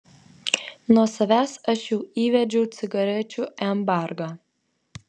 nuo savęs aš jau įvedžiau cigarečių embargą